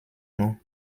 nom